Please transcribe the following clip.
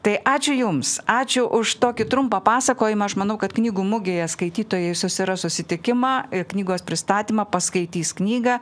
tai ačiū jums ačiū už tokį trumpą pasakojimą aš manau kad knygų mugėje skaitytojai susiras susitikimą ir knygos pristatymą paskaitys knygą